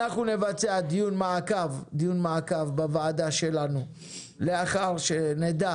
אנחנו נקיים דיון מעקב בוועדה שלנו לאחר שנדע